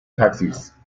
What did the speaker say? taxis